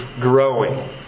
growing